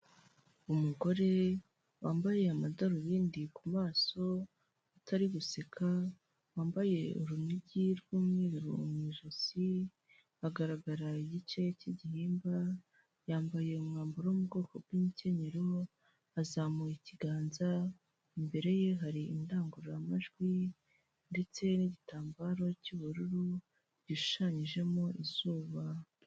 Umugore wambaye amadarubindi ku maso utari guseka, wambaye urunigi rw'umweru mu ijosi, agaragara igice cy'igihimba, yambaye umwambaro wo mu bwoko bw'inkenyero, azamuye ikiganza, imbere ye hari indangururamajwi ndetse n'igitambaro cy'ubururu gishushanyijemo izuba.